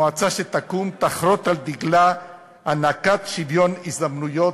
המועצה שתקום תחרות על דגלה הענקת שוויון הזדמנויות